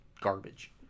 garbage